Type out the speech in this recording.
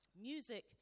Music